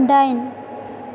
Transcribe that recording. दाइन